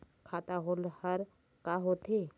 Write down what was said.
खाता होल्ड हर का होथे?